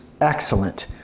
Excellent